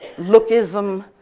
lookism,